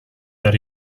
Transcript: that